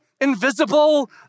invisible